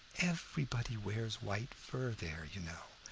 everybody wears white fur there, you know.